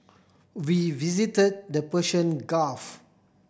we visit the Persian Gulf